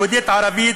יהודית-ערבית,